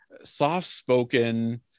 soft-spoken